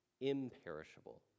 imperishable